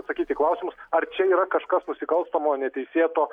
atsakyti į klausimus ar čia yra kažkas nusikalstamo neteisėto